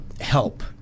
help